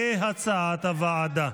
כהצעת הוועדה.